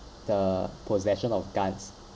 the possession of guns